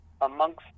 amongst